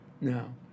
No